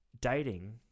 dating